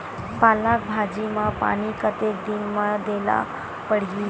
पालक भाजी म पानी कतेक दिन म देला पढ़ही?